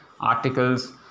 articles